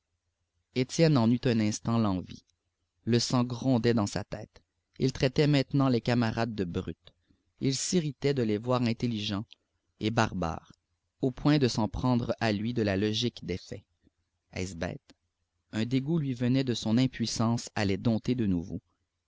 étienne en eut un instant l'envie le sang grondait dans sa tête il traitait maintenant les camarades de brutes il s'irritait de les voir inintelligents et barbares au point de s'en prendre à lui de la logique des faits était-ce bête un dégoût lui venait de son impuissance à les dompter de nouveau